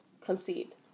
concede